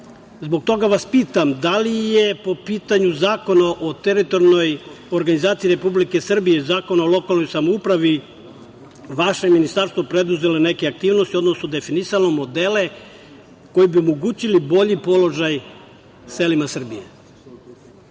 selu. Zbog toga vas pitam da li je po pitanju Zakona o teritorijalnoj organizaciji Republike Srbije, Zakona o lokalnoj samoupravi, vaše Ministarstvo preduzelo neke aktivnosti, odnosno definisalo modele koji bi omogućili bolji položaj selima Srbije? Takođe,